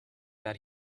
that